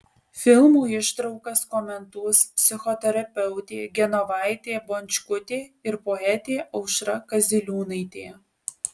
filmų ištraukas komentuos psichoterapeutė genovaitė bončkutė ir poetė aušra kaziliūnaitė